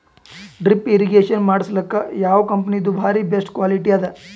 Drip irrigation ಮಾಡಸಲಕ್ಕ ಯಾವ ಕಂಪನಿದು ಬಾರಿ ಬೆಸ್ಟ್ ಕ್ವಾಲಿಟಿ ಅದ?